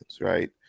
right